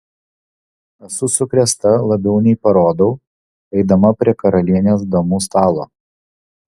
esu sukrėsta labiau nei parodau eidama prie karalienės damų stalo